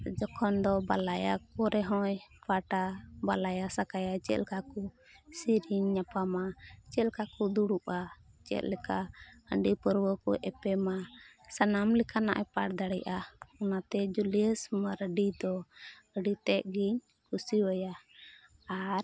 ᱡᱚᱠᱷᱚᱱ ᱫᱚ ᱵᱟᱞᱟᱭᱟ ᱠᱚᱨᱮ ᱦᱚᱸᱭ ᱯᱟᱴᱟ ᱵᱟᱞᱟᱭᱟ ᱥᱟᱠᱟᱭᱟ ᱪᱮᱫ ᱞᱮᱠᱟ ᱠᱚ ᱥᱮᱨᱮᱧ ᱧᱟᱯᱟᱢᱟ ᱪᱮᱫᱞᱮᱠᱟ ᱠᱚ ᱫᱩᱲᱩᱵᱼᱟ ᱪᱮᱫᱞᱮᱠᱟ ᱦᱟᱺᱰᱤ ᱯᱟᱹᱨᱩᱣᱟᱹ ᱠᱚ ᱮᱯᱮᱢᱟ ᱥᱟᱱᱟᱢ ᱞᱮᱠᱟᱱᱟᱭ ᱯᱟᱴ ᱫᱟᱲᱮᱭᱟᱜᱼᱟ ᱚᱱᱟᱛᱮ ᱡᱩᱞᱤᱭᱟᱹᱥ ᱢᱟᱨᱰᱤ ᱫᱚ ᱟᱹᱰᱤ ᱛᱮᱫ ᱜᱮᱧ ᱠᱩᱥᱤᱣᱟᱭᱟ ᱟᱨ